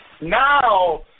Now